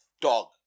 dog